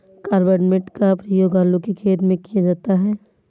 carbamate का प्रयोग आलू के खेत में किया जाता है